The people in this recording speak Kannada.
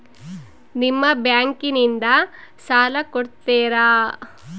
ನಿಮ್ಮ ಬ್ಯಾಂಕಿನಿಂದ ಸಾಲ ಕೊಡ್ತೇರಾ?